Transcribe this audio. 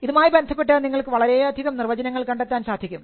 ഇതുമായി ബന്ധപ്പെട്ട് നിങ്ങൾക്ക് വളരെയധികം നിർവചനങ്ങൾ കണ്ടെത്താൻ സാധിക്കും